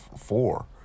four